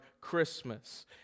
Christmas